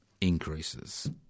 increases